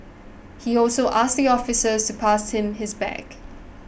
he also asked your officers to pass him his bag